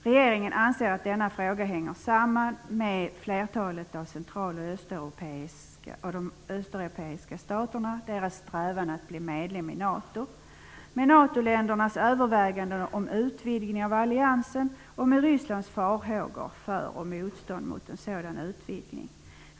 Regeringen anser att denna fråga hänger samman med flertalet central och östeuropeiska staters strävan att bli medlemmar i NATO, med NATO-ländernas överväganden om utvidgning av alliansen och med Rysslands farhågor för och motstånd mot en sådan utvidgning.